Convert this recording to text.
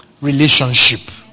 relationship